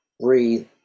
breathe